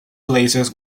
places